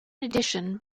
addition